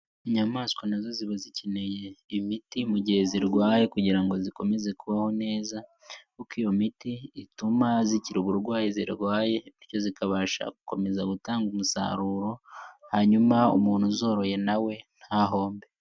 Inyamaswa na zo ziba zikeneye imiti mu gihe zirwaye kugira ngo zikomeze kubaho neza, kuko iyo miti ituma zikira uburwayi zirwaye bityo zikabasha gukomeza gutanga umusaruro, hanyuma umuntu uzoroye na we ntahombe.